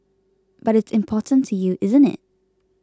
but it's important to you isn't it